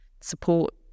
support